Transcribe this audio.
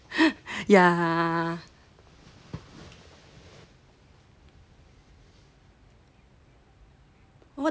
yeah